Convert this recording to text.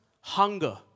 hunger